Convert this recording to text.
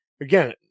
Again